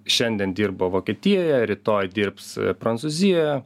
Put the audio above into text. šiandien dirba vokietijoje rytoj dirbs prancūzijoje